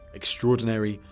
extraordinary